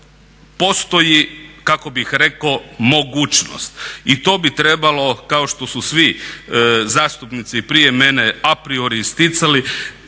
postoji kako bih rekao mogućnost i to bi trebalo kao što su svi zastupnici i prije mene apriori isticali